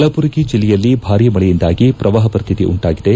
ಕಲಬುರಗಿ ಜಿಲ್ಲೆಯಲ್ಲಿ ಭಾರಿ ಮಳೆಯಿಂದಾಗಿ ಪ್ರವಾಹ ಪರಿಸ್ಟಿತಿ ಉಂಟಾಗಿದೆ